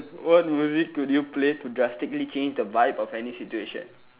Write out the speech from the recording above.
what music would you play to drastically change the vibe of any situation